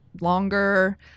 longer